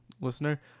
listener